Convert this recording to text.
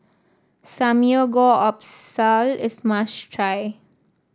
samgyeopsal is a must try